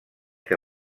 que